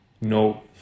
No